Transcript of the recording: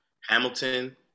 hamilton